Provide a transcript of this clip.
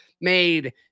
made